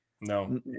No